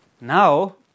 Now